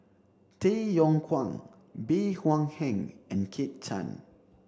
Tay Yong Kwang Bey Hua Heng and Kit Chan